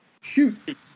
Shoot